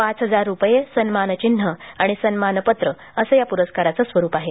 पाच हजार रुपये सन्मानचिन्ह आणि सन्मानपत्र असं या पुरस्काराचं स्वरुप आहे